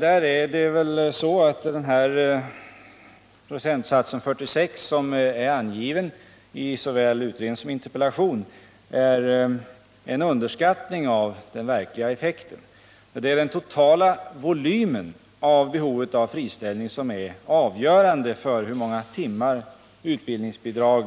Det torde vara så att den procentsats på 46 926 som anges såväl i utredningen som i interpellationssvaret utgör en underskattning av den verkliga effekten. Det är nämligen den totala volymen när det gäller behovet av friställning som är avgörande för det antal timmar för vilka utbildningsbidrag